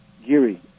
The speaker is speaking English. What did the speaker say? Geary